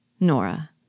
Nora